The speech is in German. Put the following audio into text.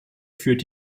führt